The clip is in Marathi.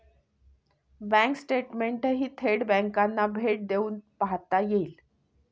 बँक स्टेटमेंटही थेट बँकांना भेट देऊन पाहता येईल